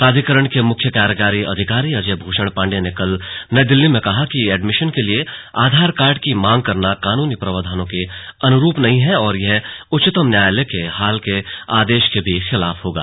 प्राधिकरण के मुख्य कार्यकारी अधिकारी अजय भूषण पाण्डेय ने कल नई दिल्ली में कहा कि एडमिशन के लिए आधार कार्ड की मांग करना कानूनी प्रावधानों के अनुरूप नहीं है और यह उच्चतम न्यायालय के हाल के आदेश के भी खिलाफ होगा